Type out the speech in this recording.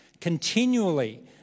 continually